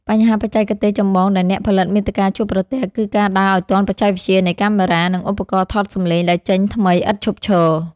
បញ្ហាបច្ចេកទេសចម្បងដែលអ្នកផលិតមាតិកាជួបប្រទះ គឺការដើរឱ្យទាន់បច្ចេកវិទ្យានៃកាមេរ៉ា និងឧបករណ៍ថតសម្លេងដែលចេញថ្មីឥតឈប់ឈរ។